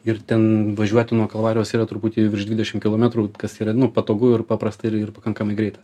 ir ten važiuoti nuo kalvarijos yra truputį virš dvidešim kilometrų kas yra nu patogu ir paprasta ir pakankamai greita